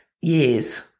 years